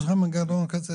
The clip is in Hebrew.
יש לכם מנגנון כזה?